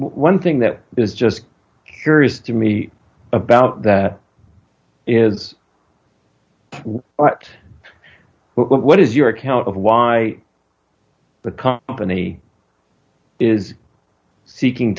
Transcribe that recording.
one thing that is just curious to me about that is what what is your account of why the company is seeking